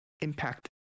impact